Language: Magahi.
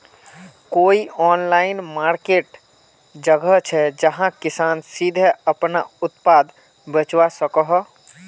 कोई ऑनलाइन मार्किट जगह छे जहाँ किसान सीधे अपना उत्पाद बचवा सको हो?